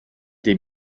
des